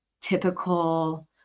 typical